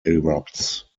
erupts